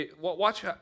Watch